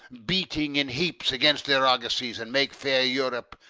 beating in heaps against their argosies, and make fair europe,